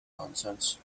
nonsense